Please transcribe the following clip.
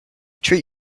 treat